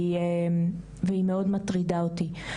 והיא מאוד מטרידה אותי.